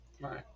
Right